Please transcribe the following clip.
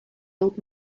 old